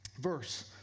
verse